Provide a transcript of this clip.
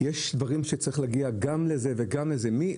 יש דברים שצריכים להגיע גם לזה וגם לזה,